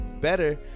better